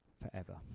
forever